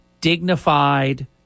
dignified